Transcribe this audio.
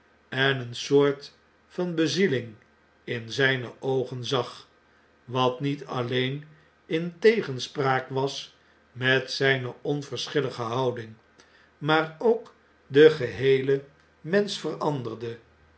en eene soort van bezieling in zgne oogen zag wat niet alleen in tegenspraak was met zjjne onverschillige houding maarookden geheelen mensch veranderde